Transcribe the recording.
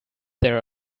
their